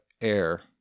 air